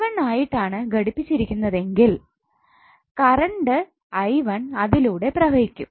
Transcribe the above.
V1 ആയിട്ടാണ് ഘടിപ്പിച്ചിരിക്കുന്നത് എങ്കിൽ കറണ്ട് 𝑖1 അതിലൂടെ പ്രവഹിക്കും